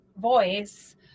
voice